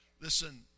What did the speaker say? Listen